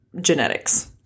genetics